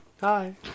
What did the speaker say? Hi